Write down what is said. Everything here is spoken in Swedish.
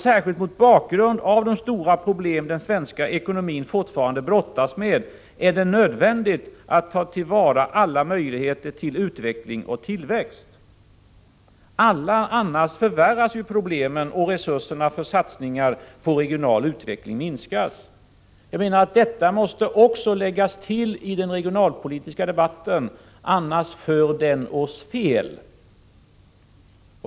Särskilt mot bakgrund av de stora problem den svenska ekonomin fortfarande brottas med är det nödvändigt att ta till vara alla möjligheter till utveckling och tillväxt. Annars förvärras ju problemen, och resurserna för satsning på regional utveckling minskas. Detta måste också läggas till i den regionalpolitiska debatten, annars för den oss fel.